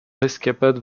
escapade